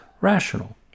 rational